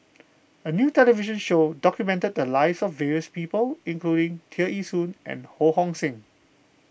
a new television show documented the lives of various people including Tear Ee Soon and Ho Hong Sing